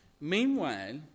Meanwhile